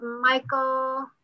Michael